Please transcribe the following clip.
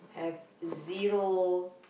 have zero